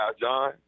John